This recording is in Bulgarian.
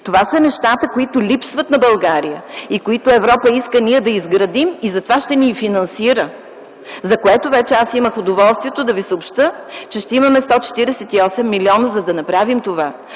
Това са нещата, които липсват на България и които Европа иска ние да изградим и затова ще ни финансира, за което аз вече имах удоволствието да ви съобщя, че ще имаме 148 млн., за да направим това.